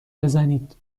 بزنید